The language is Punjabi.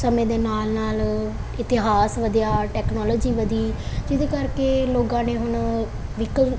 ਸਮੇਂ ਦੇ ਨਾਲ ਨਾਲ ਇਤਿਹਾਸ ਵਧਿਆ ਟੈਕਨੋਲੋਜੀ ਵਧੀ ਜਿਹਦੇ ਕਰਕੇ ਲੋਕਾਂ ਨੇ ਹੁਣ ਵਹੀਕਲ